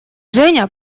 женя